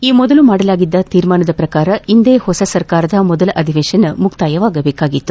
ಈ ಮೊದಲು ಮಾಡಲಾಗಿದ್ದ ತೀರ್ಮಾನದ ಪ್ರಕಾರ ಇಂದೇ ಹೊಸ ಸರ್ಕಾರದ ಮೊದಲ ಅಧಿವೇಶನ ಮುಕ್ತಾಯವಾಬೇಕಾಗಿತ್ತು